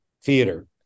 theater